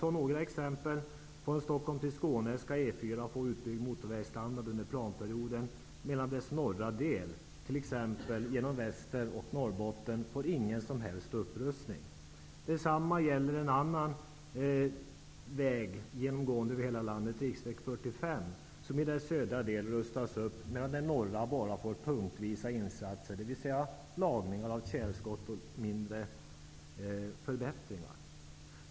Några exempel: Från Stockholm till Skåne skall E 4 få utbyggd motorvägsstandard under planperioden, medan dess norra del t.ex. genom Västeroch Norrbotten inte får någon som helst upprustning. Detsamma gäller riksväg 45, som i dess södra del rustas upp, medan den norra delen bara får punktvisa insatser, dvs. lagningar av tjälskott och liknande mindre förbättringar.